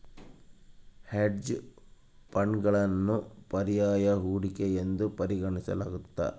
hedge ಫಂಡ್ಗಳನ್ನು ಪರ್ಯಾಯ ಹೂಡಿಕೆ ಎಂದು ಪರಿಗಣಿಸಲಾಗ್ತತೆ